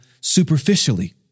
superficially